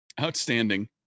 Outstanding